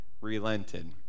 Relented